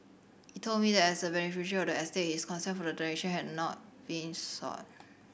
he told me that as a beneficiary of the estate his consent for the donation had not been sought